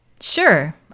Sure